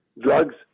drugs